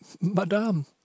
Madame